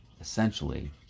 essentially